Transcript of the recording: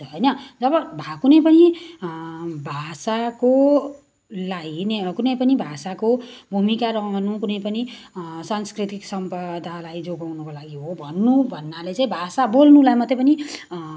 होइन र पो भए कुनै पनि भाषाकोलाई ने कुनै पनि भाषाको भूमिका रहनु कुनै पनि सांस्कृतिक सम्पदालाई जोगाउनको लागि हो भन्नु भन्नाले चाहिँ भाषा बोल्नुलाई मात्रै पनि